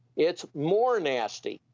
it's more nasty.